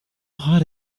hot